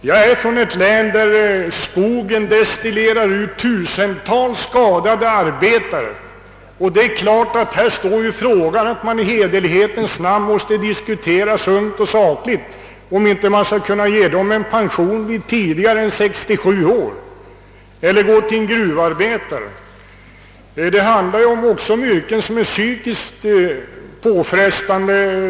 Jag kommer från ett län där skogen destillerar ut tusentals skadade arbetare. I hederlighetens namn bör man diskutera lugnt och sakligt, om man inte skall kunna ge dem en pension tidigare än vid 67 år. Detsamma gäller gruvarbetarna. Dessa yrken är, som vi framhållit i vår motion, också psykiskt påfrestande.